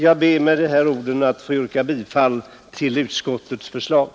Med dessa ord ber jag att få yrka bifall till utskottets hemställan.